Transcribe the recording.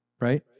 Right